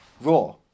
Raw